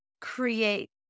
create